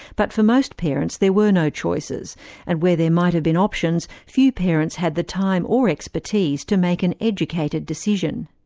but for most parents, there were no choices and where there might have been options, few parents had the time or expertise to make an educated decision.